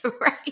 right